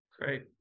great